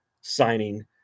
signing